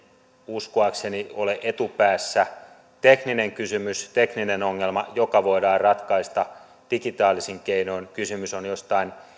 uskoakseni ole etupäässä tekninen kysymys tekninen ongelma joka voidaan ratkaista digitaalisin keinoin kysymys on jostain